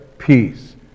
Peace